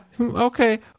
Okay